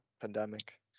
pandemic